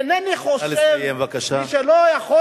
אינני חושב, נא לסיים.